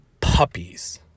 puppies